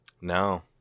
No